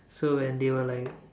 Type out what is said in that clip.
so when they were like